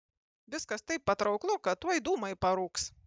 viskas taip patrauklu kad tuoj dūmai parūks